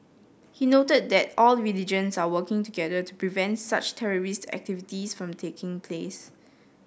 he noted that all religions are working together to prevent such terrorist activities from taking place